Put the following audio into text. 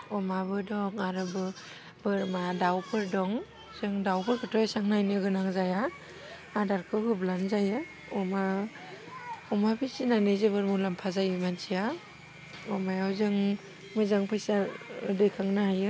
अमाबो दं आरो बोरमा दाउफोर दं जों दाउफोरखौथ' एसेबां नायनो गोनां जाया आदारखौ होब्लानो जायो अमा अमा फिसिनानै जोबोर मुसाम्फा जायो मानसिया अमायाव जों मोजां फैसा दैखांनो हायो